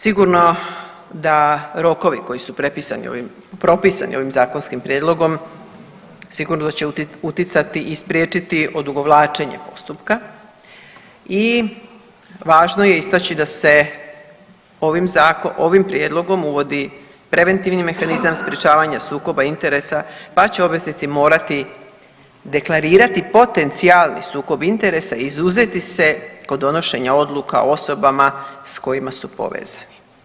Sigurno da rokovi koji su propisani ovim zakonskim prijedlogom sigurno da će uticati i spriječiti odugovlačenje postupka i važno je istaći da se ovim prijedlogom uvodi preventivni mehanizam sprječavanja sukoba interesa, pa će obveznici morati deklarirati potencijalni sukob interesa i izuzeti se kod donošenja odluka osobama s kojima su povezani.